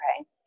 okay